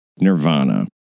nirvana